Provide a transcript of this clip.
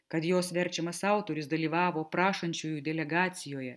kad jos verčiamas autorius dalyvavo prašančiųjų delegacijoje